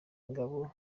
ingabo